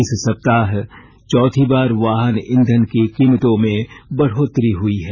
इस सप्ताह चौथी बार वाहन ईंधन की कीमतों में बढ़ोत्तरी हुई है